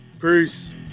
peace